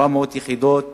400 יחידות